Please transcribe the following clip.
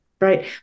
Right